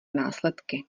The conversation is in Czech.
následky